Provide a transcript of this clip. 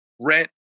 rent